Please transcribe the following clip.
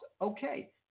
okay